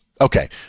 Okay